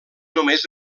només